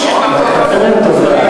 עוד לא השתכנעת, אני מנסה לשכנע אותך, דוד.